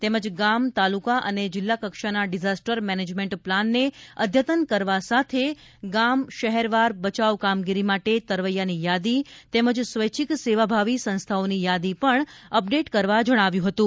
તેમજ ગામ તાલુકા અને જિલ્લા કક્ષાના ડીઝાસ્ટર મેનેજમેન્ટ પ્લાનને અઘતન કરવા સાથે ગામ શહેર વાર બચાવ કામગીરી માટે તરવૈયાની યાદી તેમજ સ્વૈચ્છિક સેવાભાવી સંસ્થાઓની યાદી પણ અપડેટ કરવા જણાવ્યું હતું